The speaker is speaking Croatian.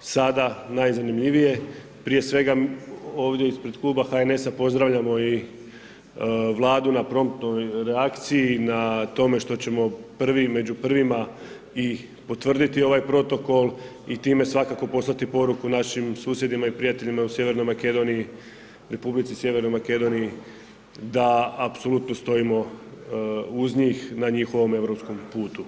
sada najzanimljivije, prije svega, ovdje ispred Kluba HNS-a pozdravljamo i Vladu na promptnoj reakciji na tome što ćemo prvi i među prvima i potvrditi ovaj protokol i time svakako poslati poruku našim susjedima i prijateljima u sjevernoj Makedoniji, Republici sjevernoj Makedoniji da apsolutno stojimo uz njih na njihovom europskom putu.